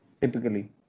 typically